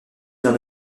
d’un